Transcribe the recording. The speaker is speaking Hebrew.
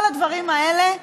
כל הדברים האלה,